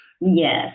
Yes